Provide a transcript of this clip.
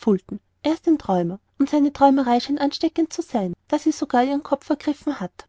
fulton er ist ein träumer und seine träumerei scheint ansteckend zu sein da sie sogar ihren kopf ergriffen hat